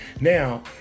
Now